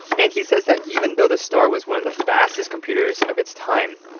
and he says that even though the star was one of the fastest computers of its time,